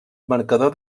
marcador